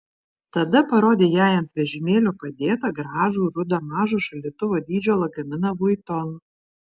tada parodė jai ant vežimėlio padėtą gražų rudą mažo šaldytuvo dydžio lagaminą vuitton